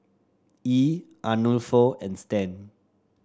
Yee Arnulfo and Stan